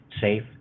safe